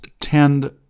tend